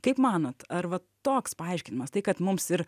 kaip manot ar va toks paaiškinimas tai kad mums ir